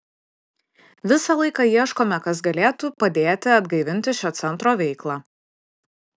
visą laiką ieškome kas galėtų padėti atgaivinti šio centro veiklą